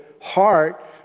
heart